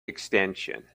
extension